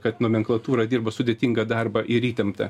kad nomenklatūra dirbo sudėtingą darbą ir įtemptą